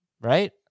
right